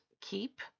keep